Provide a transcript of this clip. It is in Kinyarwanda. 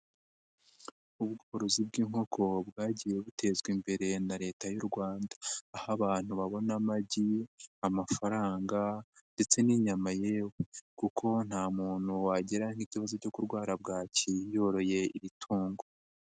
Ubworozi bw'inkoko bwagiye butezwa imbere na Leta y'u Rwanda aho abantu babona amagi, amafaranga ndetse n'inyama yewe kuko nta muntu wagira nk'ikibazo cyo kurwara bwaki yoroye iri tungo.